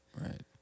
right